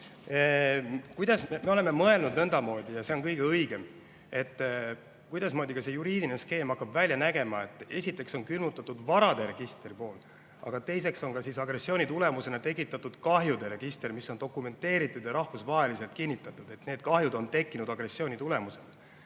Aitäh! Me oleme mõelnud nõndamoodi, ja see on kõige õigem, kuidasmoodi see juriidiline skeem hakkab välja nägema. Esiteks on külmutatud varade register, aga teiseks on agressiooni tulemusena tekitatud kahjude register, mis on dokumenteeritud ja rahvusvaheliselt on kinnitatud, et need kahjud on tekkinud agressiooni tulemusena.